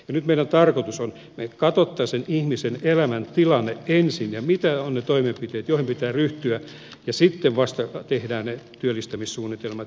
nyt meidän tarkoituksemme on että me ensin katsoisimme sen ihmisen elämäntilanteen ja mitä ovat ne toimenpiteet joihin pitää ryhtyä ja sitten vasta tehdään ne työllistämissuunnitelmat